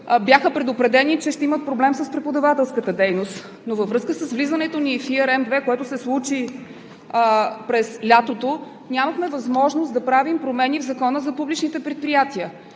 бяха предупредени, че ще имат проблем с преподавателската дейност. Но във връзка с влизането в ERM II, което се случи през лятото, нямахме възможност да правим промени в Закона за публичните предприятия.